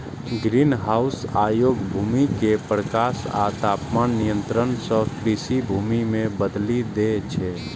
greenhouse अयोग्य भूमि कें प्रकाश आ तापमान नियंत्रण सं कृषि भूमि मे बदलि दै छै